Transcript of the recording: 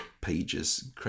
pages